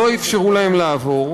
לא אפשרו להם לעבור,